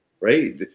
right